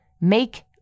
make